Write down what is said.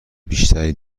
بیشتری